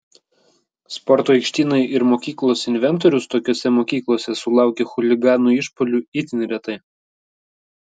sporto aikštynai ir mokyklos inventorius tokiose mokyklose sulaukia chuliganų išpuolių itin retai